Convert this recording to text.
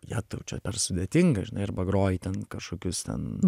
jetau čia per sudėtinga žinai arba groji ten kažkokius ten